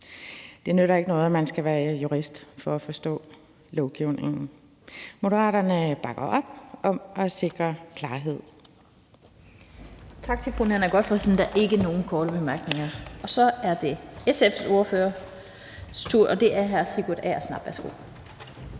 Det nytter ikke noget, at man skal være jurist for at forstå lovgivningen. Moderaterne bakker op om at sikre klarhed.